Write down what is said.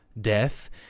death